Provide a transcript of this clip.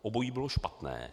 Obojí bylo špatné.